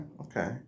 okay